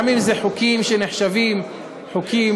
גם אם מדובר בחוקים שנחשבים חוקים,